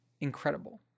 incredible